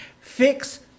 fix